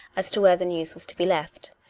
as to where the news was to be left.